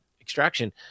extraction